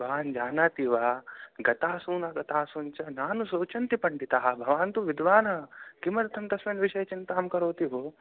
भवान् जानाति वा गतासूनगतासूंश्च नानुशोचन्ति पण्डितः भवान् तु विद्वान् किमर्थं तस्मिन् विषये चिन्तां करोति भो